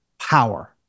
power